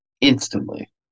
instantly